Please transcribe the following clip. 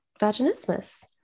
vaginismus